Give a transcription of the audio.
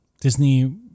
Disney